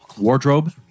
wardrobe